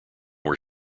were